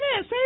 say